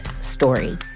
story